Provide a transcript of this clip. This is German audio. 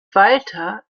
walter